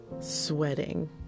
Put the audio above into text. sweating